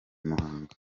muhanga